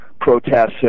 protests